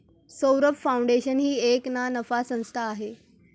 Saurabh foundation ही एक ना नफा संस्था आहे